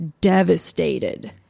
devastated